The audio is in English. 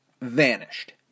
vanished